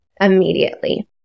immediately